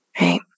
right